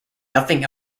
nothing